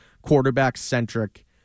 quarterback-centric